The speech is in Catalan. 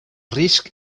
risc